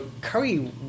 Curry